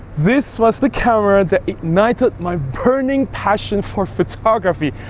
this was the camera that ignited my burning passion for photography,